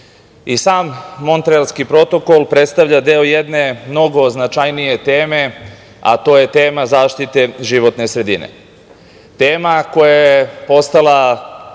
Montrealski protokol predstavlja deo jedne mnogo značajnije teme, a to je tema zaštite životne sredine. Tema koja je postala